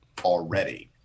already